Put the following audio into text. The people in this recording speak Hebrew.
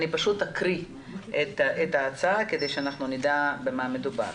אקרא את ההצעה כדי שנדע במה מדובר.